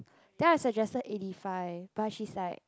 then I suggested eighty five but she's like